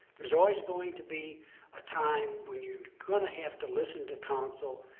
there's always going to be a time when you're going to have to listen to counsel,